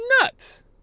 nuts